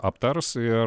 aptars ir